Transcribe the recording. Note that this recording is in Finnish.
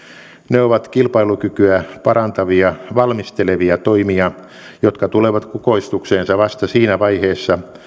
ne ovat kilpailukykyä parantavia valmistelevia toimia jotka tulevat kukoistukseensa vasta siinä vaiheessa